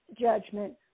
judgment